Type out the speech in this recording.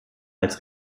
als